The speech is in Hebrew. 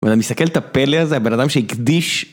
ואני מסתכל את הפלא הזה, בן אדם שהקדיש.